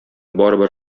барыбер